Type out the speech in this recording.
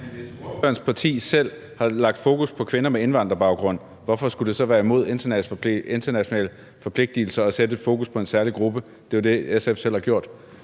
hvorfor skulle det så være imod internationale forpligtelser at sætte fokus på en særlig gruppe? Det er jo det, SF selv har gjort.